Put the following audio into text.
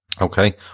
Okay